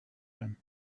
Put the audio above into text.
him